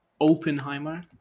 Oppenheimer